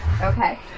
Okay